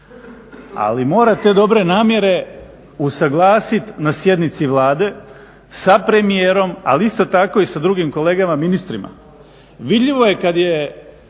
ali mora te dobre namjere usuglasiti na sjednici Vlade sa premijerom ali isto tako i sa drugim kolegama ministrima. Vidljivo je kad je